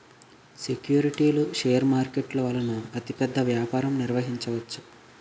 సెక్యూరిటీలు షేర్ మార్కెట్ల వలన అతిపెద్ద వ్యాపారం నిర్వహించవచ్చు